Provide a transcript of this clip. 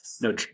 no